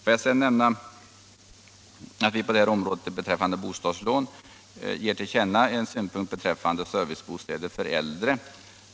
Jag vill sedan nämna att utskottet beträffande bostadslån ger till känna en synpunkt om servicebostäder för äldre.